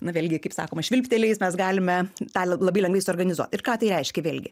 nu vėlgi kaip sakoma švilptelėjus mes galime tą lab labai lengvai suorganizuot ir ką tai reiškia vėlgi